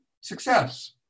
success